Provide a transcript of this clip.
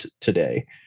today